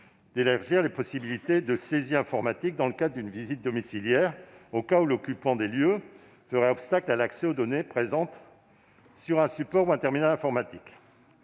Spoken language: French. élargir les possibilités de saisie informatique dans le cadre d'une visite domiciliaire au cas où l'occupant des lieux ferait obstacle à l'accès aux données présentes sur un support ou un terminal informatique.